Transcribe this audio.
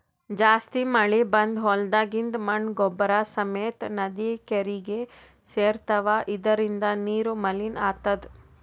ಜಾಸ್ತಿ ಮಳಿ ಬಂದ್ ಹೊಲ್ದಾಗಿಂದ್ ಮಣ್ಣ್ ಗೊಬ್ಬರ್ ಸಮೇತ್ ನದಿ ಕೆರೀಗಿ ಸೇರ್ತವ್ ಇದರಿಂದ ನೀರು ಮಲಿನ್ ಆತದ್